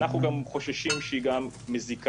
אנחנו חוששים שהיא גם מזיקה.